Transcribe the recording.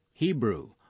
Hebrew